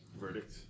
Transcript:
Verdict